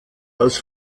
als